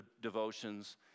devotions